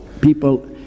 people